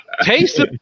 Taste